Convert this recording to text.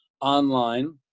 online